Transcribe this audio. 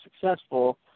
successful